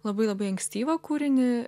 labai labai ankstyvą kūrinį